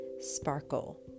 sparkle